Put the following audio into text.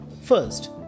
First